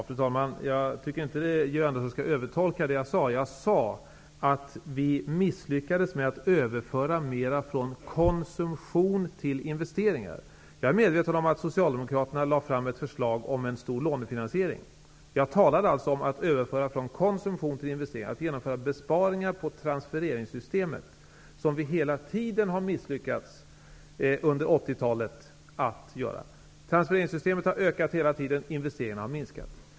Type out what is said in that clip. Fru talman! Jag tycker inte att Georg Andersson skall övertolka det jag sade. Jag sade att vi misslyckades med att överföra mera från konsumtion till investeringar. Jag är medveten om att Socialdemokraterna lade fram ett förslag om en stor lånefinansiering. Jag talade om att överföra från konsumtion till investeringar, dvs. att genomföra besparingar på transfereringssystemet. Det var något som man hela tiden misslyckades med att göra under 1980-talet. Transfereringssystemet har hela tiden ökat i omfattning, och investeringarna har minskat.